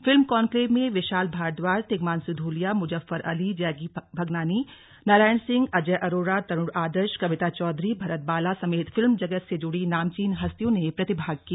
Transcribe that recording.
film conclave में विशाल भारद्वाज तिग्मांशु धूलिया मुजफ्फर अली जैकी भगनानी नारायण सिंह अजय अरोड़ा तरूण आदर्श कविता चौधरी भरत बाला समेत film जगत से जुड़ी नामचीन हस्तियों ने प्रतिभाग किया